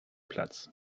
platz